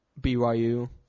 BYU